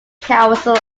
council